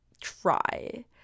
try